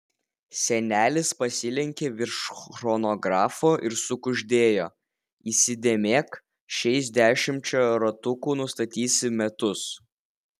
senelis pasilenkė virš chronografo ir sukuždėjo įsidėmėk šiais dešimčia ratukų nustatysi metus